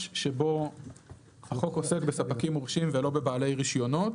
שבו החוק עוסק בספקים מורשים ולא בבעלי רישיונות.